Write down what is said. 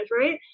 right